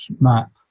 map